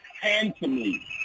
handsomely